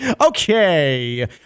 Okay